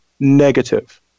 negative